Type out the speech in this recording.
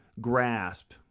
grasp